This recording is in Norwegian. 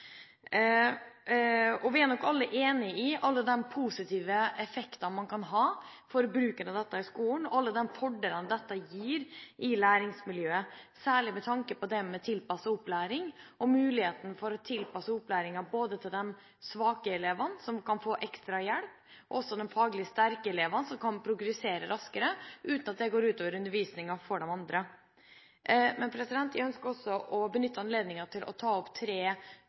hverdagen. Vi er nok alle enig i alle de positive effektene man kan få av bruken av dette i skolen og alle de fordelene dette gir i læringsmiljøet, særlig med tanke på muligheten for å tilpasse opplæringen til både de svake elevene som kan få ekstra hjelp, og de faglig sterke elevene som kan gjøre framskritt raskere, uten at det går ut over undervisningen for de andre. Jeg ønsker også å benytte anledningen til å ta opp tre